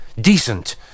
decent